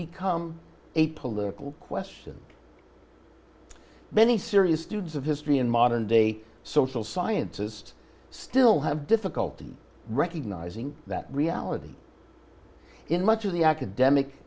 become a political question many serious doods of history in modern day a social scientist still have difficulty recognizing that reality in much of the academic